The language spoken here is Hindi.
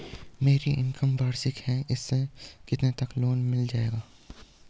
मेरी इनकम वार्षिक है मुझे कितने तक लोन मिल जाएगा?